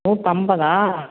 நூற்றம்பதா